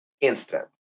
instant